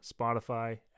Spotify